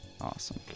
Awesome